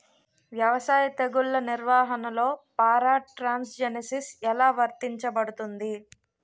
వ్యవసాయ తెగుళ్ల నిర్వహణలో పారాట్రాన్స్జెనిసిస్ఎ లా వర్తించబడుతుంది?